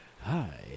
Hi